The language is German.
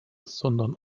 sondern